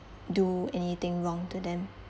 do anything wrong to them